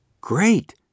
Great